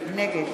נגד